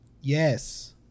Yes